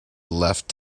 left